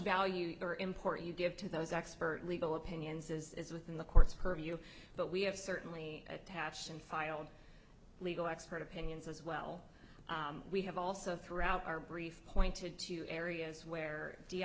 value are important you give to those expert legal opinions is within the court's purview but we have certainly attached and filed legal expert opinions as well we have also throughout our brief pointed to areas where